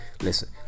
listen